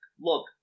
Look